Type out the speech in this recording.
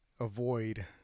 avoid